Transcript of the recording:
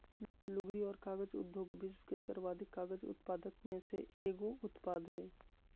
लुगदी और कागज उद्योग विश्व के सर्वाधिक कागज उत्पादक में से एगो उत्पाद हइ